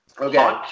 okay